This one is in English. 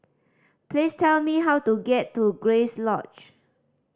please tell me how to get to Grace Lodge